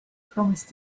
promised